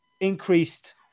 increased